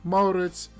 Maurits